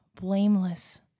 blameless